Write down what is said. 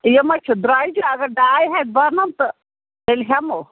یِمے چھِ درٛۅجہِ اگر ڈاے ہَتھ بَنَن تہٕ تیٚلہِ ہٮ۪مو